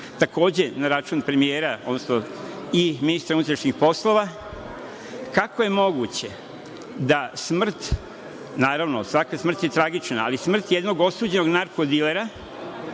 takođe na račun premijera i ministra unutrašnjih poslova, kako je moguće da smrt, naravno, svaka smrt je tragična, ali smrt jednog osuđenog narko dilera